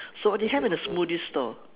so what they have in a smoothie stall